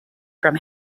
from